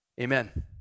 amen